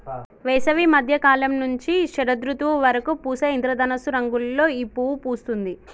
వేసవి మద్య కాలం నుంచి శరదృతువు వరకు పూసే ఇంద్రధనస్సు రంగులలో ఈ పువ్వు పూస్తుంది